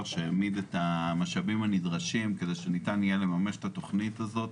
שהעמיד את המשאבים הנדרשים כדי שניתן יהיה לממש את התוכנית הזאת.